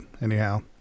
anyhow